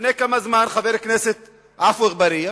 לפני כמה זמן, חבר הכנסת עפו אגבאריה,